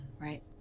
right